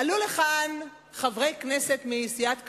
עלו לכאן חברי כנסת מסיעת קדימה,